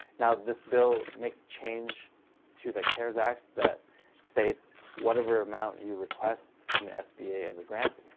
now this bill makes a change to the cares act that states whatever amount you request from the sba as a grant,